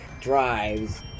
drives